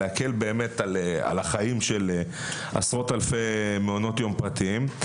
להקל באמת על החיים של עשרות אלפי מעונות יום פרטיים.